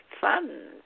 fun